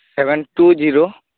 seven two zero